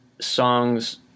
songs